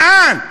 לאן?